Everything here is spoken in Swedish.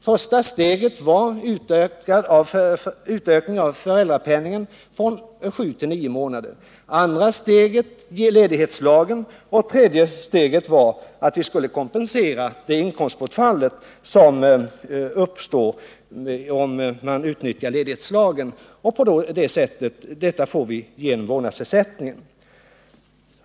Första steget var en utökning av tiden för föräldrapenning från sju till nio månader. Det andra steget var föräldraledighetslagen, och det tredje var att vi skulle kompensera det inkomstbortfall som uppstår om man utnyttjar ledighetslagen. Den kompensationen uppnår vi genom vårdnadsersättningen.